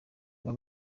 aba